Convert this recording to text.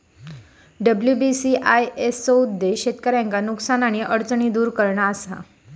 WBCIS चो उद्देश्य शेतकऱ्यांचा नुकसान आणि अडचणी दुर करणा असा